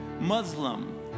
Muslim